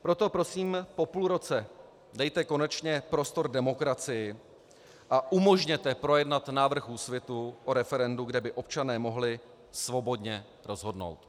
Proto prosím, po půl roce dejte konečně prostor demokracii a umožněte projednat návrh Úsvitu o referendu, kde by občané mohli svobodně rozhodnout.